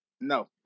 No